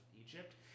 Egypt